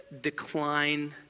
decline